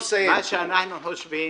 אנחנו חושבים